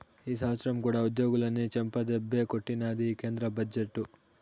ఈ సంవత్సరం కూడా ఉద్యోగులని చెంపదెబ్బే కొట్టినాది ఈ కేంద్ర బడ్జెట్టు